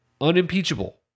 unimpeachable